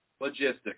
Logistics